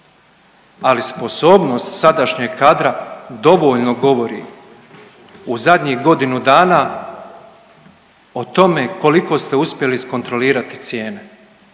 ali sposobnost sadašnjeg kadra dovoljno govori u zadnjih godinu dana o tome koliko ste uspjeli iskontrolirati cijene